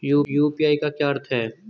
UPI का क्या अर्थ है?